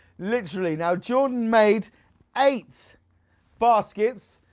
literally. now jordan made eight baskets.